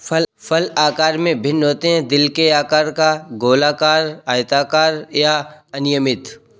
फल आकार में भिन्न होते हैं, दिल के आकार का, गोलाकार, आयताकार या अनियमित